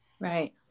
Right